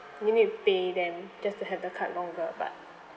you need to pay them just to have the card longer but